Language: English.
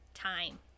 time